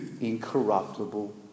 incorruptible